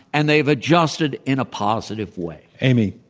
and they've adjusted in a positive way. amy,